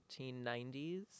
1990s